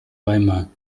weimar